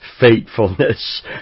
faithfulness